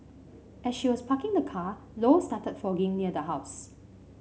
as she was parking the car Low started fogging near the house